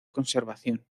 conservación